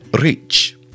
rich